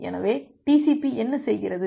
எனவே TCP என்ன செய்கிறது